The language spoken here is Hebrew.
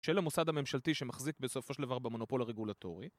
של המוסד הממשלתי שמחזיק בסופו של דבר במונופול הרגולטורי